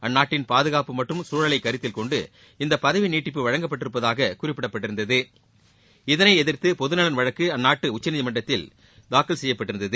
அந்நாட்டின் பாதுகாப்பு மற்றும் சூழலை கருத்தில் கொண்டு இந்த பதவி நீட்டிப்பு வழங்கப்பட்டிருப்பதாக குறிப்பிடப்பட்டிருந்தது இதனை எதிர்த்து பொதுநலன் வழக்கு அந்நாட்டு உச்சநீதிமன்றத்தில் தாக்கல் செய்யப்பட்டிருந்தது